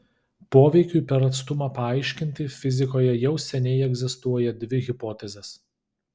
poveikiui per atstumą paaiškinti fizikoje jau seniai egzistuoja dvi hipotezės